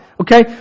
Okay